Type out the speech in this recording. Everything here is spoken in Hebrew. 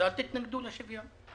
אז אל תתנגדו לשוויון.